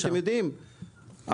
אתם יודעים,